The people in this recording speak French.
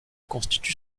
constitue